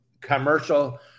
commercial